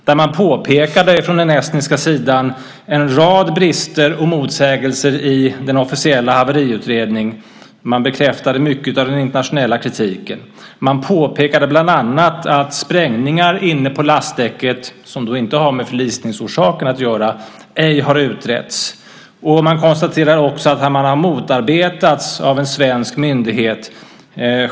Där påpekade man från den estniska sidan en rad brister och motsägelser i den officiella haveriutredningen. Man bekräftade mycket av den internationella kritiken. Man påpekade bland annat att sprängningar inne på lastdäcket - som då inte har med förlisningsorsaken att göra - ej har utretts. Man konstaterade också att man har motarbetats av en svensk myndighet.